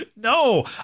No